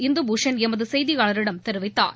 இந்து பூஷண் எமது செய்தியாளரிடம் தெரிவித்தார்